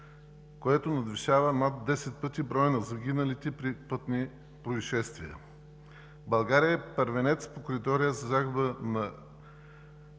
което надвишава над 10 пъти броя на загиналите при пътни произшествия. България е първенец по критерия за загуба на